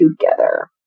together